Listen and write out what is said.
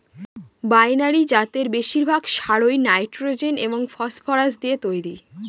binary জাতের বেশিরভাগ সারই নাইট্রোজেন এবং ফসফরাস দিয়ে তৈরি